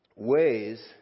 Ways